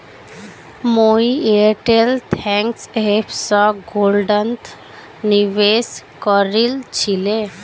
मुई Airtel thanks app स गोल्डत निवेश करील छिले